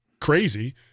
crazy